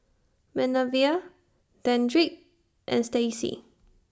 Manervia Dedrick and Stacey